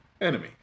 enemy